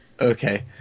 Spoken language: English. Okay